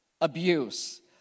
abuse